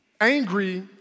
angry